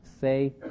say